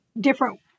different